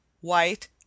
white